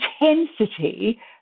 intensity